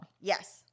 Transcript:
Yes